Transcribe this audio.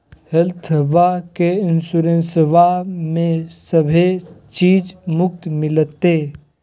हेल्थबा के इंसोरेंसबा में सभे चीज मुफ्त मिलते?